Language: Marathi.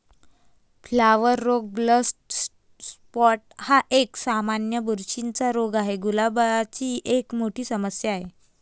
फ्लॉवर रोग ब्लॅक स्पॉट हा एक, सामान्य बुरशीचा रोग आहे, गुलाबाची एक मोठी समस्या आहे